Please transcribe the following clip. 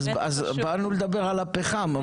אז באנו לדבר על הפחם,